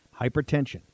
Hypertension